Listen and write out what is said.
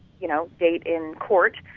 you know eight in court